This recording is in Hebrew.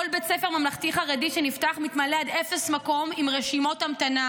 כל בית ספר ממלכתי חרדי שנפתח מתמלא עד אפס מקום עם רשימות המתנה,